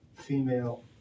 female